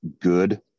good